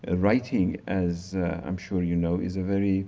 ah writing as i'm sure you know is a very